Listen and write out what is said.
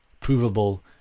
provable